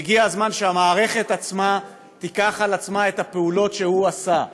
והגיע הזמן שהמערכת עצמה תיקח על עצמה את הפעולות שהוא עשה.